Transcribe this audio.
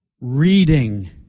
reading